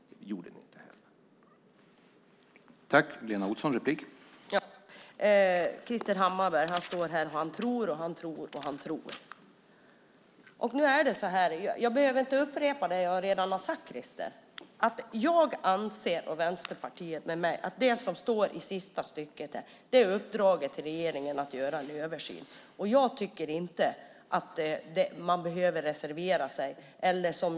Det gjorde ni inte heller.